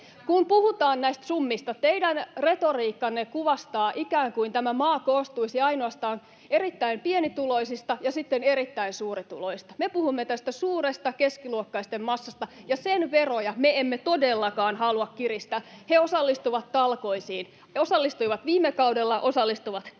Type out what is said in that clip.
Kun puhutaan näistä summista, teidän retoriikkanne kuvastaa sitä, että ikään kuin tämä maa koostuisi ainoastaan erittäin pienituloisista ja sitten erittäin suurituloisista. Me puhumme tästä suuresta keskiluokkaisten massasta, ja sen veroja me emme todellakaan halua kiristää. He osallistuvat talkoisiin, osallistuivat viime kaudella, osallistuvat tällä